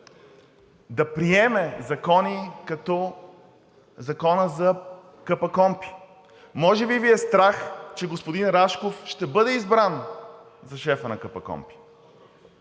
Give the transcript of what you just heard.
да приеме закони, като Закона за КПКОНПИ. Може би Ви е страх, че господин Рашков ще бъде избран за шеф на КПКОНПИ.